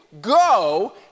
go